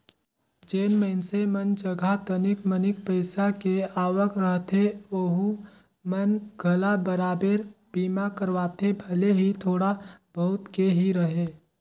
जेन मइनसे मन जघा तनिक मनिक पईसा के आवक रहथे ओहू मन घला बराबेर बीमा करवाथे भले ही थोड़ा बहुत के ही रहें